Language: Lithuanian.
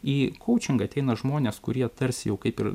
į kaučingą ateina žmonės kurie tarsi jau kaip ir